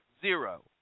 Zero